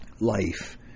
life